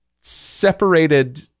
separated